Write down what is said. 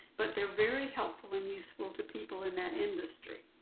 but they're very helpful and useful to people in that industry.